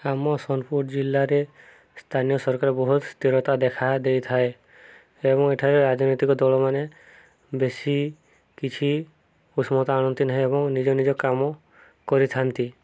ଆମ ସୋନପୁର ଜିଲ୍ଲାରେ ସ୍ଥାନୀୟ ସରକାର ବହୁତ ସ୍ଥିରତା ଦେଖା ଦେଇଥାଏ ଏବଂ ଏଠାରେ ରାଜନୈତିକ ଦଳମାନେ ବେଶୀ କିଛି ଉଷ୍ମତା ଆଣନ୍ତିନାହିଁ ଏବଂ ନିଜ ନିଜ କାମ କରିଥାନ୍ତି